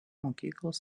mokyklos